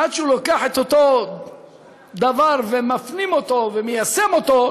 עד שהוא לוקח את אותו דבר ומפנים אותו ומיישם אותו,